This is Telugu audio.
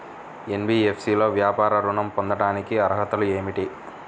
ఎన్.బీ.ఎఫ్.సి లో వ్యాపార ఋణం పొందటానికి అర్హతలు ఏమిటీ?